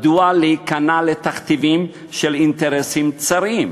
מדוע להיכנע לתכתיבים של אינטרסים צרים?